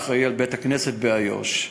האחראי לבתי-הכנסת באיו"ש.